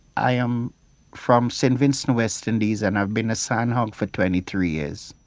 i am from saint vincent, west indies and i've been a sandhog for twenty three years.